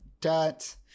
dot